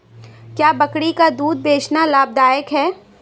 क्या बकरी का दूध बेचना लाभदायक है?